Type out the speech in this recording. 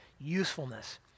usefulness